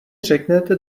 řekněte